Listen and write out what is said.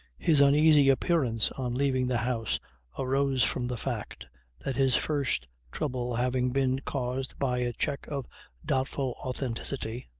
his uneasy appearance on leaving the house arose from the fact that his first trouble having been caused by a cheque of doubtful authenticity,